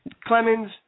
Clemens